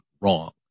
wrong